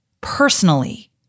personally